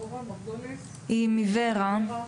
דבורה מרגוליס היא מור"ה,